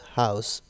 house